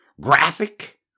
Graphic